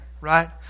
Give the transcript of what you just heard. right